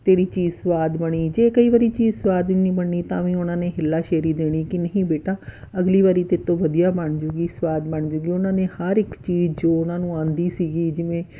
ਤੇਰੀ ਚੀਜ਼ ਸਵਾਦ ਬਣੀ ਜੇ ਕਈ ਵਾਰੀ ਚੀਜ਼ ਸਵਾਦ ਨਹੀਂ ਬਣਨੀ ਤਾਂ ਵੀ ਉਹਨਾਂ ਨੇ ਹੱਲਾਸ਼ੇਰੀ ਦੇਣੀ ਕਿ ਨਹੀਂ ਬੇਟਾ ਅਗਲੀ ਵਾਰੀ ਤੇਤੋਂ ਵਧੀਆ ਬਣ ਜੂਗੀ ਸਵਾਦ ਬਣ ਜੂਗੀ ਉਹਨਾਂ ਨੇ ਹਰ ਇੱਕ ਚੀਜ਼ ਜੋ ਉਹਨਾਂ ਨੂੰ ਆਉਂਦੀ ਸੀਗੀ ਜਿਵੇਂ